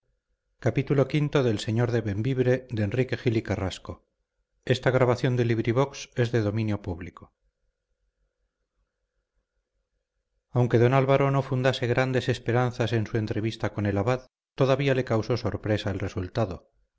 aunque don álvaro no fundase grandes esperanzas en su entrevista con el abad todavía le causó sorpresa el resultado